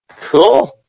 Cool